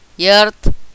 earth